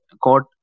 court